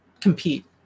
compete